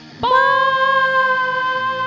Bye